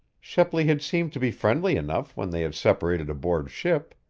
shepley had seemed to be friendly enough when they had separated aboard ship.